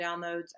downloads